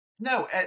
No